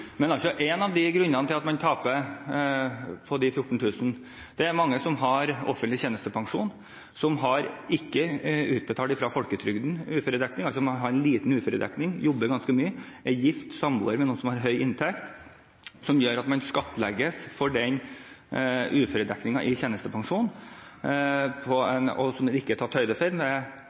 En av grunnene til at de 14 000 taper, er at det er mange som har offentlig tjenestepensjon, som ikke har utbetaling fra folketrygden, man har altså liten uføredekning, jobber ganske mye og er gift eller samboer med en med høy inntekt. Dette gjør at man skattlegges for uføredekningen i tjenestepensjonen,